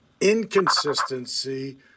inconsistency